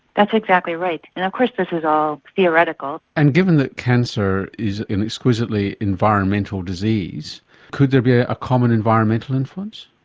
that's exactly right and of course this is all theoretical. and given that cancer is an exquisitely environmental disease could there be a common environmental influence?